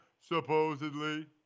supposedly